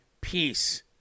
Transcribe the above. peace